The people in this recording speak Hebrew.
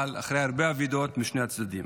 אבל אחרי הרבה אבדות לשני הצדדים.